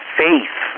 faith